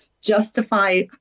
justify